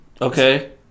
Okay